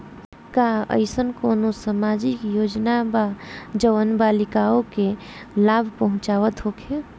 का एइसन कौनो सामाजिक योजना बा जउन बालिकाओं के लाभ पहुँचावत होखे?